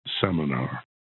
seminar